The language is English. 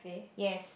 yes